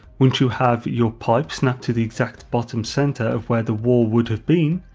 once you have you pipe snapped to the exact bottom center of where the wall would have been,